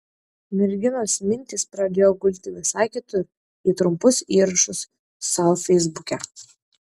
merginos mintys pradėjo gulti visai kitur į trumpus įrašus sau feisbuke